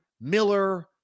Miller